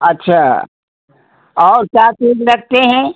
अच्छा और क्या चीज रखते हैं